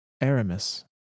Aramis